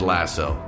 Lasso